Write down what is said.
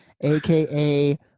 aka